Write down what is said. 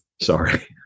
Sorry